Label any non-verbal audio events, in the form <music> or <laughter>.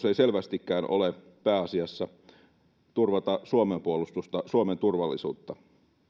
<unintelligible> ei selvästikään ole pääasiassa turvata suomen puolustusta suomen turvallisuutta